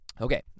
Okay